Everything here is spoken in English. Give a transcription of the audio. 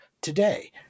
today